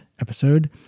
episode